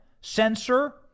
censor